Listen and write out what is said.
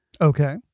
Okay